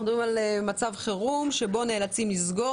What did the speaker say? אנחנו מדברים על מצב חירום בו נאלצים לסגור